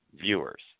viewers